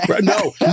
No